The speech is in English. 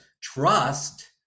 trust